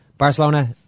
Barcelona